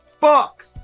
fuck